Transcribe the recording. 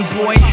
boy